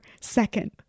second